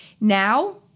Now